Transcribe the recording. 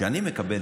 שאני מקבל,